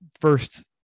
first